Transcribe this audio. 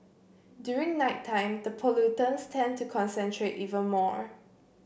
during nighttime the pollutants tend to concentrate even more